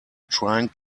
trying